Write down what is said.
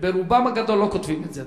רובם הגדול לא כותבים את זה.